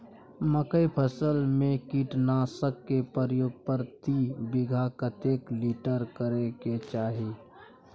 मकई फसल में कीटनासक के प्रयोग प्रति बीघा कतेक लीटर करय के चाही?